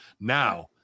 now